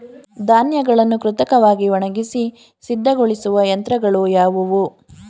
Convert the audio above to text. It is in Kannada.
ಧಾನ್ಯಗಳನ್ನು ಕೃತಕವಾಗಿ ಒಣಗಿಸಿ ಸಿದ್ದಗೊಳಿಸುವ ಯಂತ್ರಗಳು ಯಾವುವು?